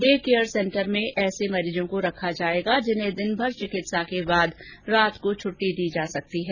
day care centre में ऐसे मरीजों को रखा जाएगा जिन्हें दिनभर चिकित्सा के बाद रात को छट्टी दी जा सकती है